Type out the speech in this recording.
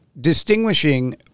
distinguishing